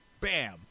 bam